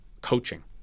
coaching